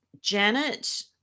Janet